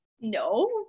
No